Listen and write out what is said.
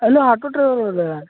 hello auto driver ಅವ್ರಾ